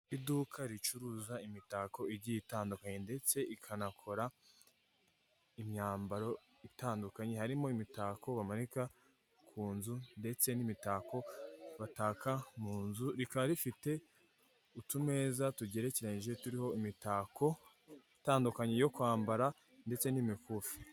Iduka ricuruza imitako igiye itandukanye ndetse ikanakora imyambaro itandukanye harimo imitako bamanika ku nzu ndetse n'imitako bataka mu nzu rikaba rifite utumeza tugerekeranyije turiho imitako itandukanye yo kwambara ndetse n'imikufi.